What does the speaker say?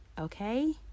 Okay